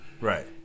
Right